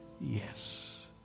Yes